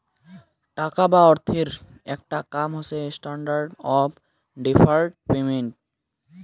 টাকা বা অর্থের আকটা কাম হসে স্ট্যান্ডার্ড অফ ডেফার্ড পেমেন্ট